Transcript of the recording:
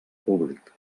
públic